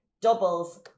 doubles